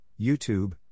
YouTube